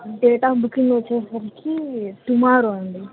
date of booking వచ్చేసరికి tomorrow అండి